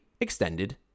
extended